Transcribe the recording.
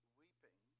weeping